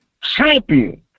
champion